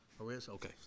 Okay